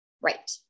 right